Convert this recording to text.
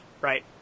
right